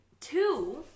two